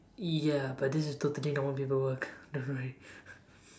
ya but this is totally no one people work don't worry